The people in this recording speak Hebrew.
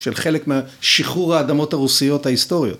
של חלק מהשחרור האדמות הרוסיות ההיסטוריות